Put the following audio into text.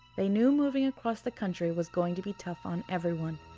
they knew moving across the country was going to be tough on everyone,